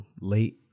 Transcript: late